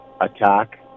attack